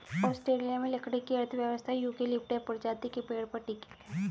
Australia में लकड़ी की अर्थव्यवस्था यूकेलिप्टस प्रजाति के पेड़ पर टिकी है